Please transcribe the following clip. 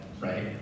Right